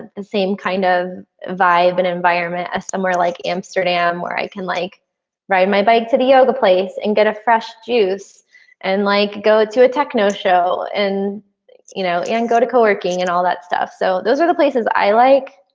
the same kind of vibe and environment of somewhere like amsterdam where i can like ride my bike to the yoga place and get a fresh juice and like go to a techno show and you know and go to co-working and all that stuff. so those are the places i like.